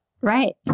Right